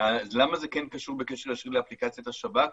למה זה כן קשור בקשר ישיר לאפליקציית השב"כ?